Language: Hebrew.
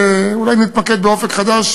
אולי נתמקד ב"אופק חדש",